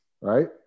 right